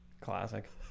Classic